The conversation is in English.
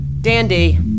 Dandy